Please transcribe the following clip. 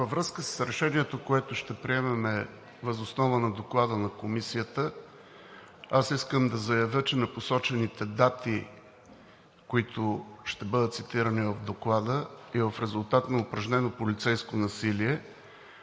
Във връзка с решението, което ще приемем, въз основа на Доклада на Комисията, аз искам да заявя, че на посочените дати, които ще бъдат цитирани в Доклада и в резултат на упражнено полицейско насилие,